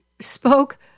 spoke